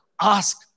ask